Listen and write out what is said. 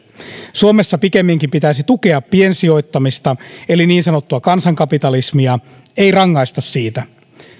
suomessa pikemminkin pitäisi tukea piensijoittamista eli niin sanottua kansankapitalismia ei rangaista siitä